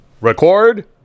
record